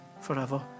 forever